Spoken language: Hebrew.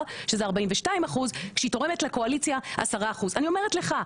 שזה 42% כשהיא תורמת לקואליציה 10%. אני אומרת לך,